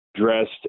dressed